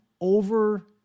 over